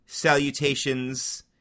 Salutations